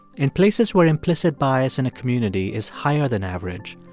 in places where implicit bias in a community is higher than average,